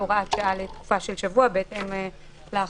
כהוראת שעה, לתקופה של שבוע בהתאם להכרזה.